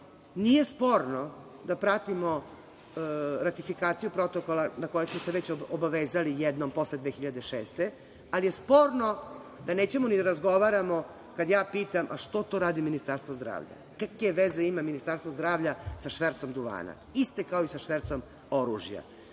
sporno da pratimo ratifikaciju protokola na koje smo se već obavezali jednom posle 2006. godine, ali je sporno da nećemo da razgovaramo kada ja pitam – a što to radi Ministarstvo zdravlja? Kakve veze ima Ministarstvo zdravlja sa švercom duvana? Iste kao i sa švercom